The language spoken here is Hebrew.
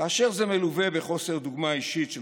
כאשר זה מלווה בחוסר דוגמה אישית של